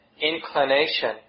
inclination